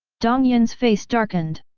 dong yin's face darkened.